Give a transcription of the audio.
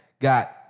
Got